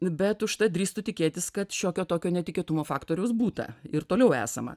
bet užtat drįstu tikėtis kad šiokio tokio netikėtumo faktoriaus būta ir toliau esama